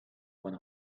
one